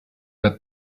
got